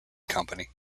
company